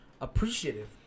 appreciative